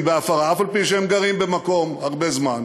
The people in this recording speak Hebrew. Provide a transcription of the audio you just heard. בהפרה אף-על-פי שהם גרים במקום הרבה זמן,